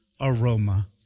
aroma